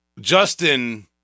Justin